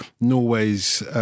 Norway's